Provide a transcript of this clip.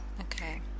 okay